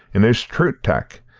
and there's troots tac.